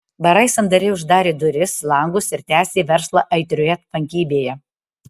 barai sandariai uždarė duris langus ir tęsė verslą aitrioje tvankybėje